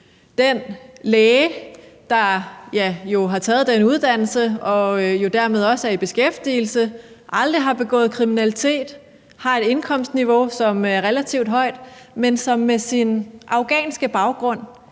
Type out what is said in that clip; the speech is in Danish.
den læge, der har taget lægeuddannelsen og også er i beskæftigelse, aldrig har begået kriminalitet, har et indkomstniveau, som er relativt højt, men som med sin afghanske baggrund,